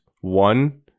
One